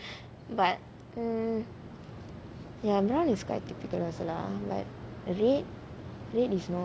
but mm ya brown is quite typical also lah like red red is more